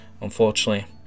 Unfortunately